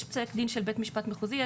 יש פסק דין של בית משפט מחוזי,